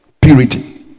purity